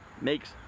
makes